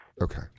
Okay